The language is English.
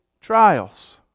trials